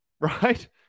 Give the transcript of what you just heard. Right